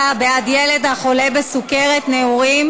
הגבלת מספר התיקים בטיפול עובד סוציאלי המטפל במשפחות),